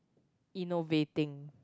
innovating